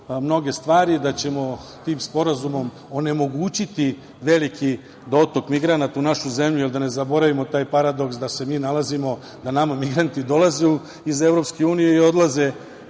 da ćemo tim sporazumom onemogućiti veliki dotok migranata u našu zemlju, jer da ne zaboravimo taj paradoks da nama migranti dolaze iz Evropske